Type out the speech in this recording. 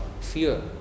fear